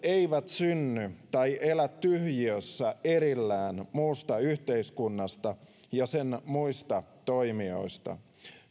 eivät synny tai elä tyhjiössä erillään muusta yhteiskunnasta ja sen muista toimijoista